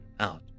out